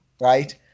right